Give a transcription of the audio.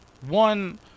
One